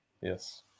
Yes